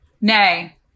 Nay